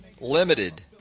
limited